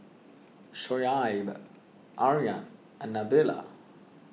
Shoaib Aryan and Nabila